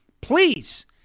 please